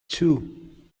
two